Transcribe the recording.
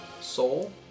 soul